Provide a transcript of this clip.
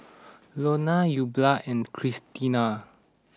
Lonna Eulalia and Christena